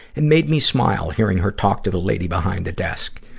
it made me smile, hearing her talk to the lady behind the desk.